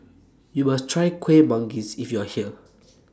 YOU must Try Kuih Manggis when YOU Are here